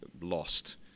lost